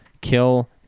kill